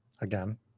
again